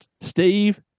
Steve